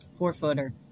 four-footer